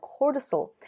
cortisol